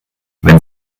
wenn